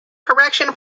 correction